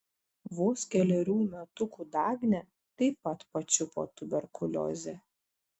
vos kelerių metukų dagnę taip pat pačiupo tuberkuliozė